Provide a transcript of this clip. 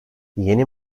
yeni